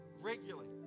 regularly